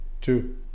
two